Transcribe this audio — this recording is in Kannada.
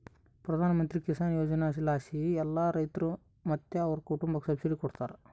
ಪ್ರಧಾನಮಂತ್ರಿ ಕಿಸಾನ್ ಯೋಜನೆಲಾಸಿ ಎಲ್ಲಾ ರೈತ್ರು ಮತ್ತೆ ಅವ್ರ್ ಕುಟುಂಬುಕ್ಕ ಸಬ್ಸಿಡಿ ಕೊಡ್ತಾರ